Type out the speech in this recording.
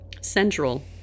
Central